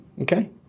Okay